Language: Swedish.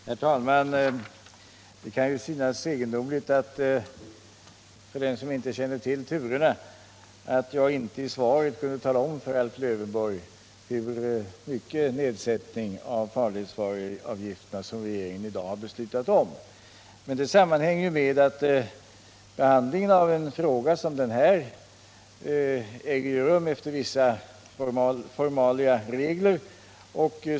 Herr talman! Det kan ju synas egendomligt för den som inte känner till turerna att jag inte i svaret kunde tala om för Alf Lövenborg hur stor nedsättning av farledsvaruavgifterna som regeringen i dag har beslutat om. Men det sammanhänger med att behandlingen av en fråga som den här äger rum efter vissa formella regler.